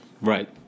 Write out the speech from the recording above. Right